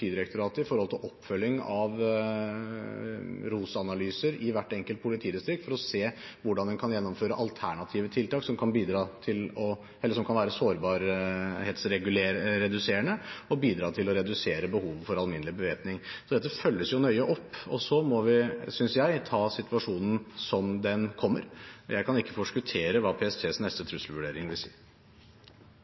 Politidirektoratet i forhold til oppfølging av ROS-analyser i hvert enkelt politidistrikt for å se hvordan en kan gjennomføre alternative tiltak som kan være sårbarhetsreduserende og bidra til å redusere behovet for alminnelig bevæpning. Så dette følges jo nøye opp, og så må vi, synes jeg, ta situasjonen som den kommer. Jeg kan ikke forskuttere hva PSTs neste trusselvurdering vil